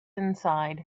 inside